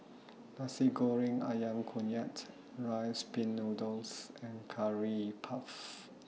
Nasi Goreng Ayam Kunyit Rice Pin Noodles and Curry Puff